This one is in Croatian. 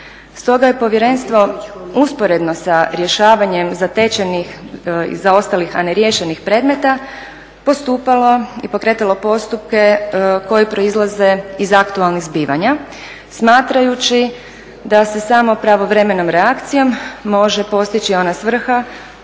Stoga je povjerenstvo usporedno sa rješavanjem zatečenih i zaostalih a neriješenih predmeta postupalo i pokretalo postupke koji proizlaze iz aktualnih zbivanja smatrajući da se samo pravovremenom reakcijom može postići ona svrha